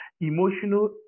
emotional